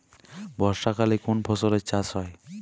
বর্ষাকালে কোন ফসলের চাষ হয়?